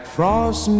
Frost